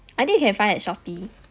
I think you can find at shopee